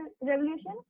revolution